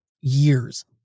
years